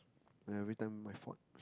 every time my fault